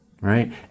Right